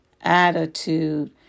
attitude